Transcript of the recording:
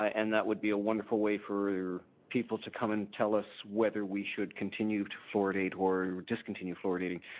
and that would be a wonderful way for people to come and tell us whether we should continue to floridate or discontinue floridating.